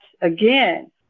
again